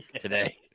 today